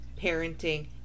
parenting